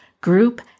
group